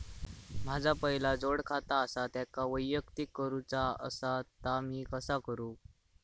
माझा पहिला जोडखाता आसा त्याका वैयक्तिक करूचा असा ता मी कसा करू?